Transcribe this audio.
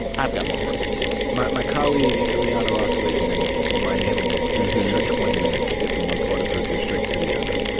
i've got more work than you my my colleague ileana ros-lehtinen in miami, it takes her twenty minutes to get from one part of her district to the other.